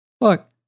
look